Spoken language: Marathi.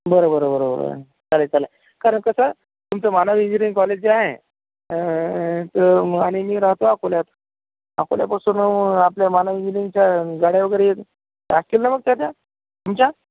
बरं बरं बरं बरं बरं चालेल चालेल कारण कसं तुमचं मानव इंजिनीअरिंग कॉलेज जे आहे तर आणि मी राहतो अकोल्यात अकोल्यापासून आपल्या मानव इंजिनीअरिंगच्या गाड्या वगैरे येत असतील ना मग त्या त्या तुमच्या